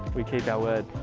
we keep our word.